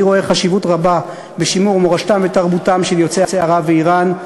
אני רואה חשיבות רבה בשימור מורשתם ותרבותם של יוצאי ארצות ערב ואיראן.